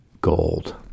gold